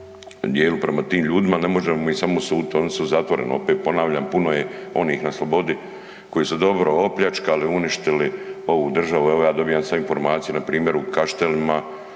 dijelu prema tim ljudima, ne možemo mi samo suditi, oni su u zatvoreni, opet ponavljam puno je onih na slobodi koji su dobro opljačkali, uništili ovu državu. Evo, ja dobivam sad informaciju npr. u Kaštelima